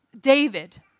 David